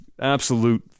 Absolute